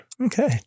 Okay